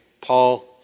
Paul